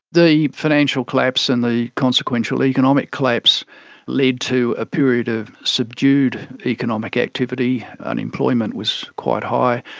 the financial collapse and the consequential economic collapse led to a period of subdued economic activity, unemployment was quite high.